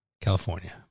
California